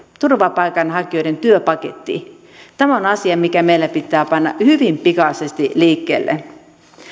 turvapaikanhakijoiden työpaketti tämä on asia mikä meillä pitää panna hyvin pikaisesti liikkeelle